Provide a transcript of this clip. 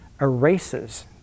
erases